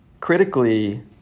critically